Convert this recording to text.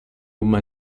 uma